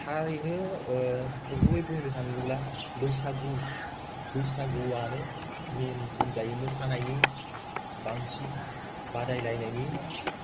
थारैनो नंगुबै बुंनो थाङोब्ला बैसागु बैसागुआनो मैन बुंजायो मोसानायनि बांसिन बादायलायनायनि